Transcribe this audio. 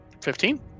Fifteen